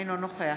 אינו נוכח